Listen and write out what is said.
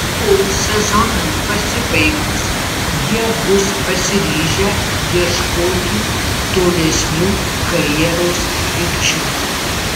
o sezonui pasibaigus jie bus pasiryžę ieškoti tolesnių karjeros krypčių